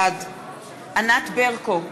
בעד ענת ברקו,